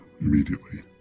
immediately